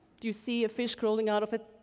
do you see a fish crawling out of it?